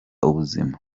ubuzima